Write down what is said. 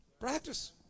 Practice